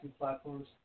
platforms